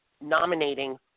nominating